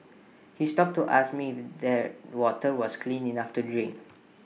he stopped to ask me that water was clean enough to drink